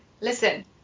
Listen